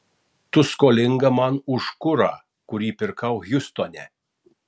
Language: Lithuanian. tu skolinga man už kurą kurį pirkau hjustone